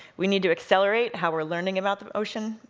we need to accelerate how we're learning about the ocean,